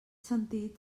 sentit